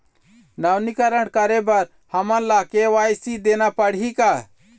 नवीनीकरण करे बर हमन ला के.वाई.सी देना पड़ही का?